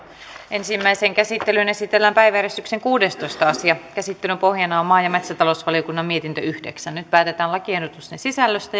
ensimmäiseen käsittelyyn esitellään päiväjärjestyksen kuudestoista asia käsittelyn pohjana on maa ja metsätalousvaliokunnan mietintö yhdeksän nyt päätetään lakiehdotusten sisällöstä